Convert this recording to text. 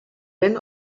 ben